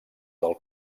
del